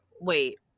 wait